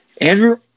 Andrew